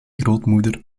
grootmoeder